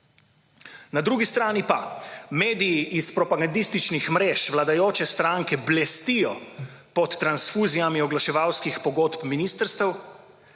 Na drugi strani pa mediji iz propagandističnih mrež vladajoče stranke blestijo pod transfuzijami oglaševalskih pogodb ministrstev,